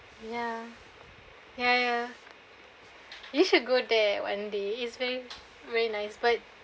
ya ya ya you should go there one day it's ver~ very nice but